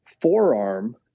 forearm